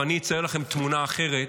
ואני אצייר לכם תמונה אחרת,